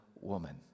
woman